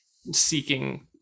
seeking